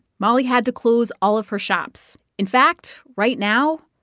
molly had to close all of her shops. in fact, right now,